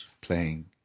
playing